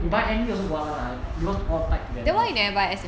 you buy any also go up one lah because all tied together [one]